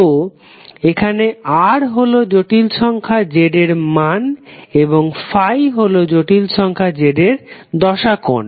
তো এখানে r হলো জটিল সংখ্যা z এর মান এবং ∅ হলো জটিল সংখ্যা z এর দশা কোণ